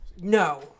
No